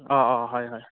অ অ হয় হয়